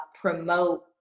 promote